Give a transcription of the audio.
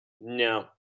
No